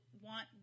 want